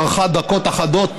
שארכה דקות אחדות,